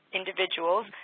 individuals